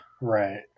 Right